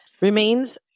Remains